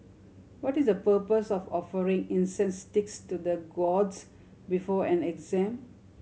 what is the purpose of offering incense sticks to the gods before an exam